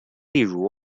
例如